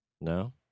No